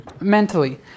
mentally